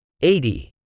Eighty